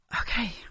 Okay